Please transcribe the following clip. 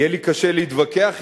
יהיה לי קשה להתווכח אתו,